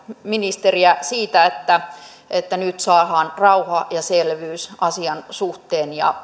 ministeriä siitä että että nyt saadaan rauha ja selvyys asian suhteen ja